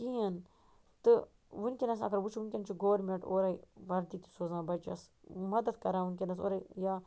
کہیٖنۍ تہٕ وٕنکیٚنس اگر وٕچھو وٕنکیٚنس چھ گورمیٚنٹ اورے وردی تہِ سوزان بَچس مدتھ کَران وٕنکیٚنس اۄرے یا